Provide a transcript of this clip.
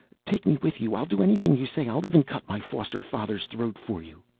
take me with you! i'll do anything you say! i'll even cut my foster-father's throat for you!